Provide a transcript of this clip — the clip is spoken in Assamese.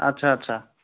আচ্ছা আচ্ছা